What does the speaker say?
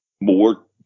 more